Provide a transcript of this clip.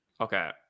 Okay